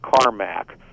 Carmack